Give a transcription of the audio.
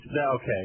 Okay